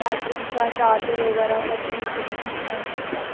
battery battery दा charger बगैरा सब ठीक न कंडीशन च ऐ निं ऐ ओह्